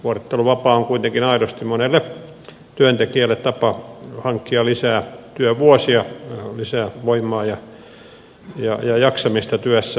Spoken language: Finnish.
vuorotteluvapaa on kuitenkin aidosti monelle työntekijälle tapa hankkia lisää työvuosia lisää voimaa ja jaksamista työssä